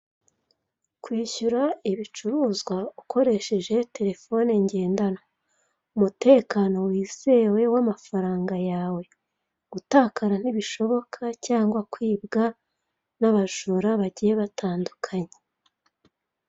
Kwishyura ibicuruzwa ukoresheje telefone ngendanwa. Umutekano wizewe w'amafaranga yawe. Gutakara ntibishoboka cyangwa kwibwa n'abajura bagiye batandukanye.